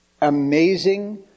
amazing